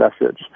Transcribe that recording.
message